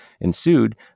ensued